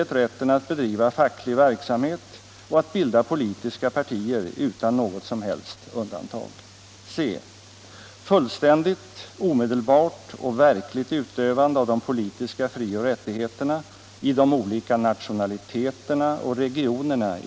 Slut på arresteringarna —- upphäv terroristlagen! Demokratiska frioch rättigheter åt Spaniens folk!